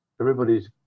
everybody's